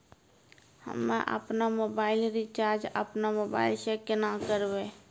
हम्मे आपनौ mobile recharge आपनौ मोबाइल से केना करवै?